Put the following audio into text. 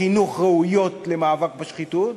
חינוך ראויות למאבק בשחיתות,